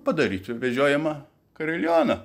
padaryti vežiojamą karilioną